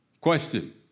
question